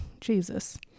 Jesus